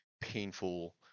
painful